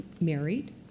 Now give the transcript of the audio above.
married